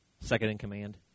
second-in-command